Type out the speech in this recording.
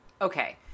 okay